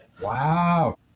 Wow